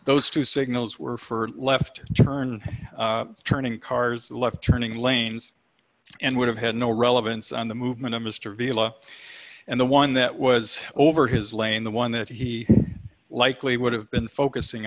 those two signals were for left turn and turning cars left turning lanes and would have had no relevance on the movement of mr avila and the one that was over his lane the one that he likely would have been focusing